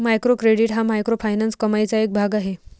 micro credit हा microfinance कमाईचा एक भाग आहे